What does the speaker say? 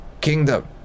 kingdom